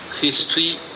history